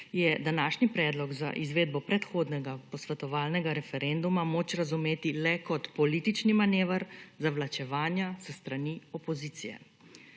je današnji predlog za izvedbo predhodnega posvetovalnega referenduma moč razumeti le kot politični manever zavlačevanja s strani opozicije.